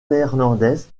néerlandaises